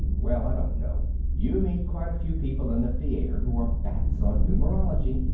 well, i don't know. you meet quite a few people in the theater who are bats on numerology,